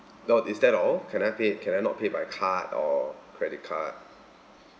oh is that all can I pay can I not pay by card or credit card